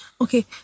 Okay